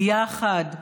ביחד,